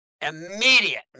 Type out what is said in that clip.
immediate